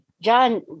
John